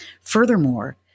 Furthermore